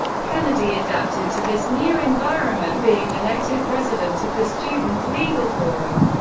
kennedy adapted to this new environment, being elected president of the student legal forum,